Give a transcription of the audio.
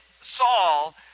Saul